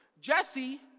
Jesse